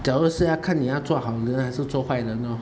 假如是要看你要做好人还是要做坏人咯